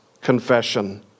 confession